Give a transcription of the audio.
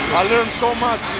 i learned so much